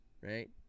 right